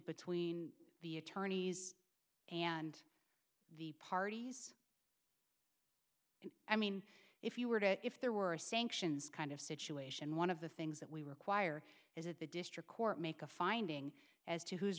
between the attorneys and the parties and i mean if you were to if there were sanctions kind of situation one of the things that we require is that the district court make a finding as to who's